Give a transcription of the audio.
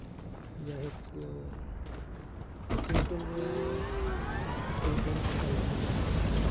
ᱡᱟᱭᱦᱳᱠ ᱠᱩᱭᱱᱴᱟᱞ ᱨᱮ ᱯᱮ ᱯᱩᱱ ᱴᱟᱠᱟ ᱞᱟᱵᱷᱚᱜᱼᱟ